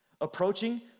approaching